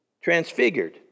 transfigured